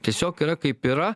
tiesiog yra kaip yra